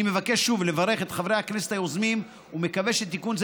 אני מבקש שוב לברך את חברי הכנסת היוזמים ומקווה שתיקון זה